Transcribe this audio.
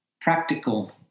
Practical